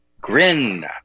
grin